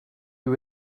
you